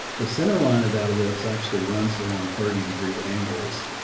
the center line of that ellipse actually runs along thirty degree angles